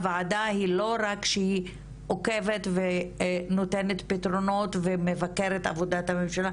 הוועדה היא לא רק שהיא עוקבת ונותנת פתרונות ומבקרת עבודת הממשלה,